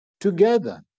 together